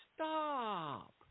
Stop